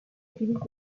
utilise